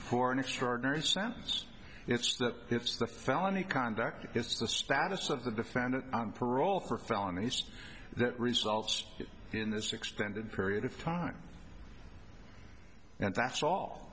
for an extraordinary sentence it's that it's the felony conduct it's the status of the defendant on parole for felonies that results in this extended period of time and that's all